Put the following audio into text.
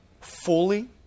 fully